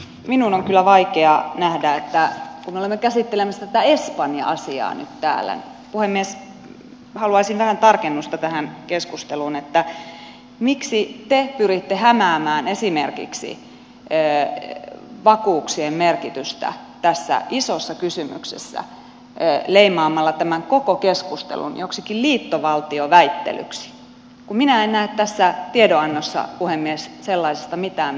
minun on kyllä vaikea nähdä kun me olemme käsittelemässä tätä espanja asiaa nyt täällä puhemies haluaisin vähän tarkennusta tähän keskusteluun miksi te pyritte hämäämään esimerkiksi vakuuksien merkitystä tässä isossa kysymyksessä leimaamalla tämän koko keskustelun joksikin liittovaltioväittelyksi kun minä en näe tässä tiedonannossa puhemies sellaisesta mitään merkkiä